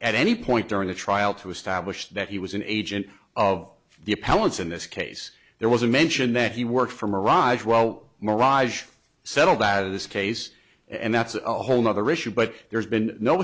at any point during the trial to establish that he was an agent of the appellant's in this case there was a mention that he worked for mirage well mirage settled out of this case and that's a whole nother issue but there's been no